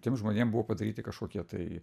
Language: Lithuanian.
tiem žmonėm buvo padaryti kažkokie tai